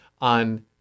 on